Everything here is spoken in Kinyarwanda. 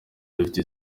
dufite